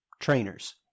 trainers